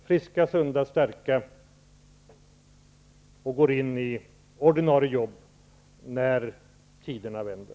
Friska, sunda och starka går de in i ordinarie jobb när utvecklingen vänder.